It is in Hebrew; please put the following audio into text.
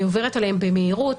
אני עוברת עליהם במהירות.